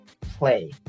play